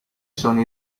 sono